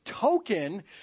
token